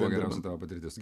buvo geriausia tavo patirtis